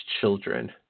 children